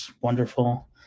wonderful